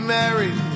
married